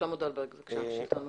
שלמה דולברג, נציג השלטון המקומי,